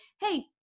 hey